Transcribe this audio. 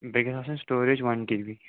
بیٚیہِ گژھِ آسٕنۍ سِٹوریج وَن کے بی